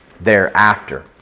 thereafter